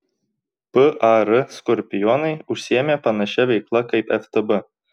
par skorpionai užsiėmė panašia veikla kaip ftb